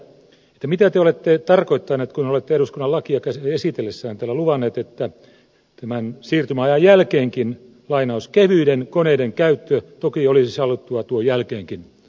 mitä te olette tarkoittanut kun olette eduskunnan lakia esitellessänne täällä luvannut että tämän siirtymäajan jälkeenkin kevyiden koneiden käyttö toki olisi sallittua tuon jälkeenkin lemmenjoella